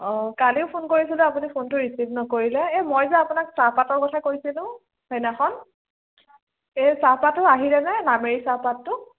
অঁ কালিও ফোন কৰিছিলোঁ আপুনি ফোনটো ৰিচিভ নকৰিলে এই মই যে আপোনাক চাহপাতৰ কথা কৈছিলোঁ সেইদিনাখন এই চাহপাতটো আহিলে নে নামেৰি চাহপাতটো